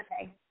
Okay